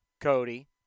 Cody